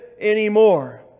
anymore